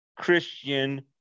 Christian